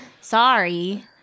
Sorry